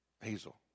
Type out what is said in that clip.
Hazel